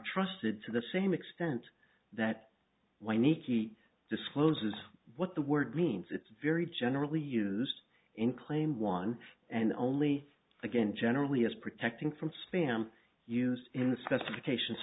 trusted to the same extent that whiny key discloses what the word means it's very generally used in claim one and only again generally as protecting from spam used in the specifications